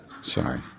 Sorry